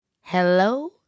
Hello